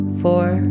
four